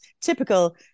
typical